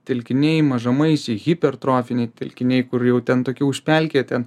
telkiniai mažamaisiai hipertrofiniai telkiniai kur jau ten tokių užpelkėję ten